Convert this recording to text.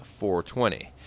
420